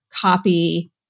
copy